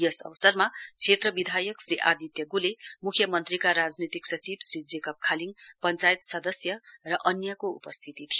यस अवसरमा क्षेत्र विधायक श्री आदित्य गोले मुख्य मन्त्रीका राजनीतिक सचिव श्री जेकब खालिङ पञ्चायत स्दस्य र अन्यको उपस्थिती थियो